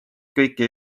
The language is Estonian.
kõiki